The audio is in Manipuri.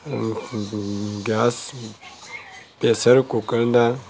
ꯒ꯭ꯌꯥꯁ ꯄ꯭ꯔꯦꯁꯔ ꯀꯨꯀꯔꯗ